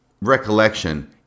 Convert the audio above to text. recollection